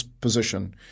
position